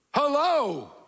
Hello